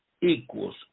equals